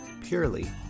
purely